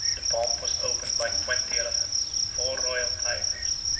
the pomp was opened by twenty elephants, four royal tigers,